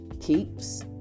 keeps